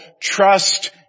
Trust